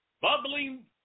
bubbling